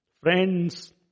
friends